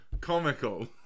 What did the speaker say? Comical